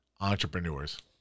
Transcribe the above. entrepreneurs